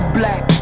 black